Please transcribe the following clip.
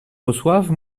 reçoive